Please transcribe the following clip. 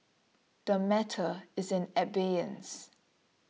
the matter is in abeyance